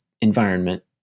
environment